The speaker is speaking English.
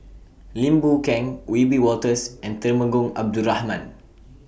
Lim Boon Keng Wiebe Wolters and Temenggong Abdul Rahman